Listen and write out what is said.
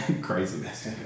craziness